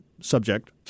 subject